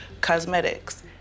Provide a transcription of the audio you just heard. cosmetics